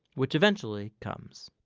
which eventually comes.